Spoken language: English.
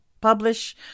publish